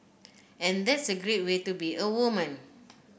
and that's a great way to be a woman